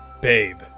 babe